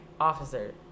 officer